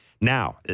Now